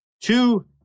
two